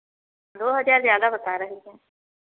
दो हज़ार ज़्यादा बता रही हैं